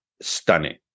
stunning